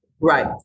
Right